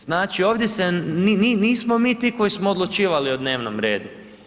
Znači, ovdje se nismo mi ti koji smo odlučivali o dnevnom redu.